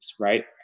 right